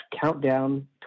countdown